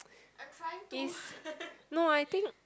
is no I think